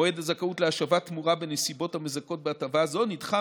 מועד הזכאות להשבת תמורה בנסיבות המזכות בהטבה זו נדחה